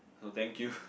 oh thank you